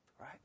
right